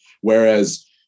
Whereas